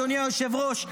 אדוני היושב-ראש,